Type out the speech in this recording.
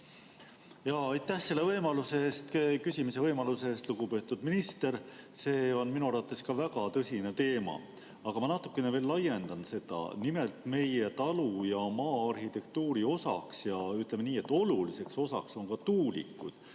Aitäh selle küsimise võimaluse eest! Lugupeetud minister! See on ka minu arvates väga tõsine teema. Aga ma natuke veel laiendan seda. Nimelt, meie talu- ja maa-arhitektuuri osaks, ütleme nii, et oluliseks osaks on ka tuulikud.